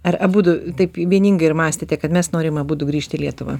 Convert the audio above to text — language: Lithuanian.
ar abudu taip vieningai ir mąstėte kad mes norim abudu grįžti lietuvą